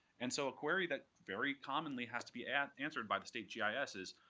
and so a query that very commonly has to be and answered by the state yeah ah gis is,